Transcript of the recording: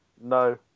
No